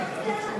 בעד